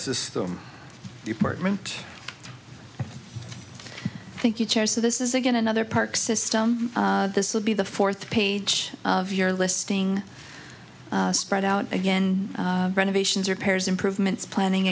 system department thank you chair so this is again another park system this would be the fourth page of your listing spread out again renovations repairs improvements planning